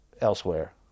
elsewhere